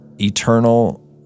eternal